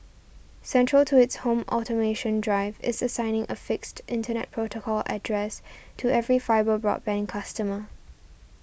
central to its home automation drive is assigning a fixed Internet protocol address to every fibre broadband customer